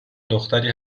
دختری